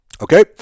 Okay